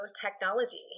technology